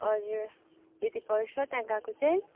हजुर त्यति पर्छ त्यहाँ गएको चाहिँ